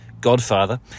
godfather